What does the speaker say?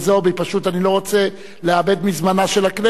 פשוט אני לא רוצה לאבד מזמנה של הכנסת,